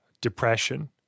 depression